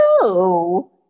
No